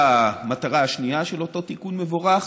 והמטרה השנייה של אותו תיקון מבורך